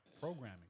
programming